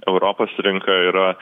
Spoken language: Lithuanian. europos rinka yra